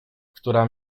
która